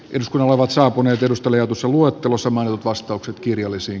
jotkut ovat saapuneet edustajat usan luottamus oman vastaukset irakissa